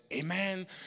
Amen